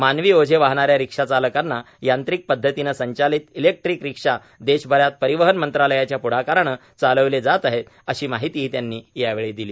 मानवी ओझे वाहणा या रिशाचालकांना यांत्रिक पदधतीने संचालित इलेक्ट्रीक रिक्षा देशभरात परिवहन मंत्रालयाच्या पुढाकाराने चालवले जात आहेत अशी माहितीही त्यांनी यावेळी दिली